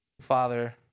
Father